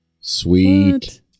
Sweet